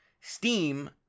Steam